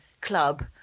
club